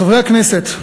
חברי הכנסת,